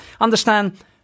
Understand